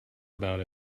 about